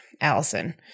allison